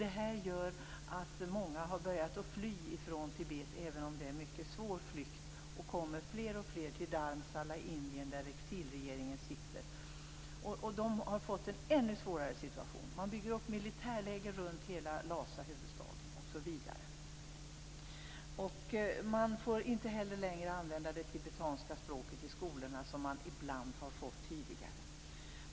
Det här gör att många har börjat fly från Tibet, även om det är en mycket svår flykt. Fler och fler kommer till Dharmsala i Indien där exilregeringen sitter. Tibetanerna har fått en än svårare situation. Man bygger upp militärläger runt hela Lhasa, huvudstaden, osv. Man får inte heller längre använda det tibetanska språket i skolorna som man ibland fått tidigare.